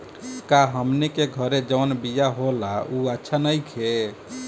का हमनी के घरे जवन बिया होला उ अच्छा नईखे?